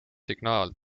signaal